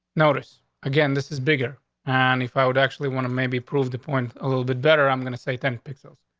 notice again? this is bigger on. and if i would actually want to maybe proved the point a little bit better. i'm gonna say ten pixels.